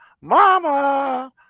Mama